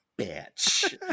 bitch